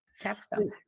Capstone